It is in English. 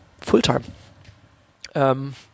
full-time